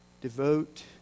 devote